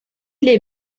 les